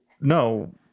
no